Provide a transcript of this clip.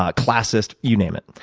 ah classist, you name it.